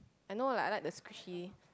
I know like I like the squishy